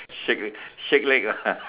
shake leg shake leg lah